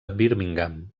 birmingham